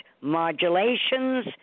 Modulations